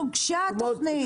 ב-2018 הוגשה התכנית.